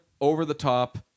over-the-top